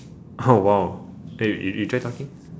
oh !wow! eh you you try talking